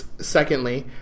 Secondly